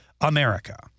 America